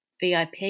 VIP